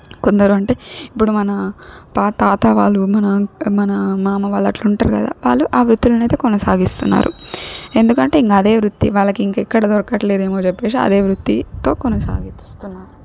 కొందరు అంటే ఇప్పుడు మన పా తాత వాళ్ళు మన మన మామ వాళ్ళు అట్లుంటరు కదా వాళ్ళు ఆ వృత్తులనైతే కొనసాగిస్తున్నారు ఎందుకంటే ఇంక అదే వృత్తి వాళ్ళకింకెక్కడ దొరకట్లేదేమో చెప్పేసి అదే వృత్తితో కొనసాగిస్తున్నారు